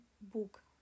book